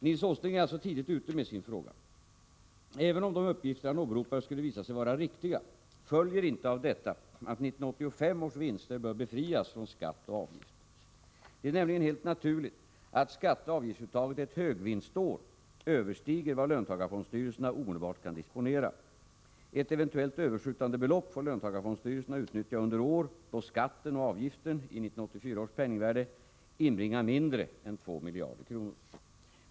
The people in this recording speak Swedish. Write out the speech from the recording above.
Nils Åsling är alltså tidigt ute med sin fråga. Även om de uppgifter han åberopar skulle visa sig vara riktiga följer inte av detta att 1985 års vinster bör befrias från skatt och avgift. Det är nämligen helt naturligt att skatteoch avgiftsuttaget ett högvinstår överstiger vad löntagarfondsstyrelserna omedelbart kan disponera. Ett eventuellt överskjutande belopp får löntagarfondsstyrelserna utnyttja under år då skatten och avgiften —i 1984 års penningvärde — inbringar mindre än 2 miljarder kronor.